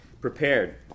prepared